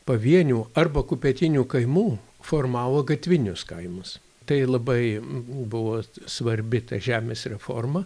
pavienių arba kupetinių kaimų formavo gatvinius kaimus tai labai buvo svarbi žemės reforma